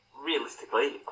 realistically